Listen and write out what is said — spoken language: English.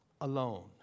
alone